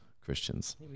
Christians